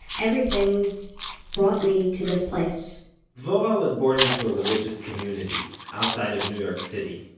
everything brought me to this place dvorah was born into a religious community, outside of new york city.